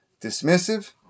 dismissive